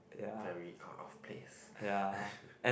very out of place